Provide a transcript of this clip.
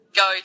go